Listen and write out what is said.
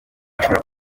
ashobora